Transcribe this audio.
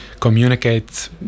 communicate